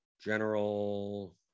general